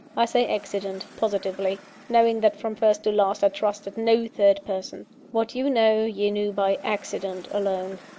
i say accident, positively knowing that from first to last i trusted no third person. what you know, you knew by accident alone.